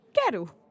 Quero